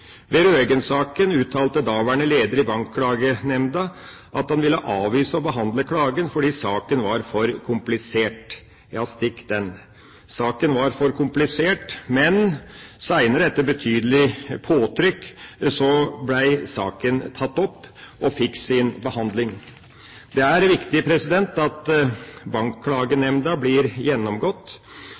Ved Røeggen-saken uttalte daværende leder i Bankklagenemnda at han ville avvise å behandle klagen fordi saken var for komplisert. Ja, stikk den! Saken var for komplisert, men senere, etter betydelig påtrykk, ble saken tatt opp og fikk sin behandling. Det er viktig at Bankklagenemnda blir gjennomgått.